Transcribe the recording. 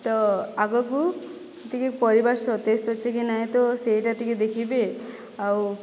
ତ ଆଗକୁ ଟିକିଏ ପରିବା ସତେଜ ଅଛି କି ନାଇଁ ତ ସେଇଟା ଟିକିଏ ଦେଖିବେ ଆଉ